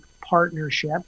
Partnership